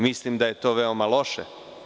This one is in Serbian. Mislim da je to veoma loše.